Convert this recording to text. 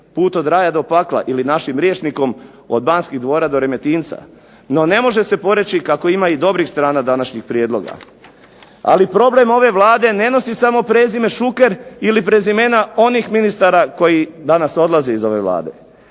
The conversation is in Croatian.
put od raja do pakla, ili našim rječnikom od Banskih dvora do Remetinca, no ne može se poreći kako ima i dobrih strana današnjih prijedloga. Ali problem ove Vlade ne nosi samo prezime Šuker, ili prezimena onih ministara koji danas odlaze iz ove Vlade,